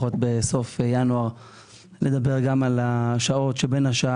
בסוף ינואר לדבר גם על השעות בין השעה